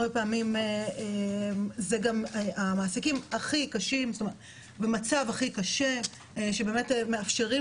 הרבה פעמים זה מעסיקים במצב הכי קשה שבאמת מאפשרים